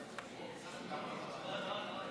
אדוני,